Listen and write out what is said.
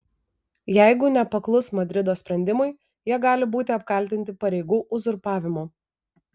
jeigu nepaklus madrido sprendimui jie gali būti apkaltinti pareigų uzurpavimu